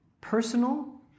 Personal